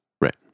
Right